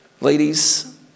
Ladies